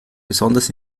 besonders